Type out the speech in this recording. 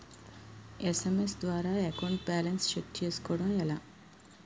SMS ద్వారా account balance check చేసుకోవటం ఎలా?